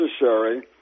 necessary